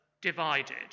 divided